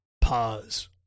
pause